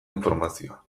informazioa